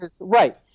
Right